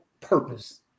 purpose